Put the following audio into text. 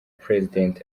president